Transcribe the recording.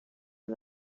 der